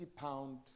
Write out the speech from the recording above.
pound